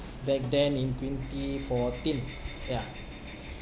back then in twenty fourteen ya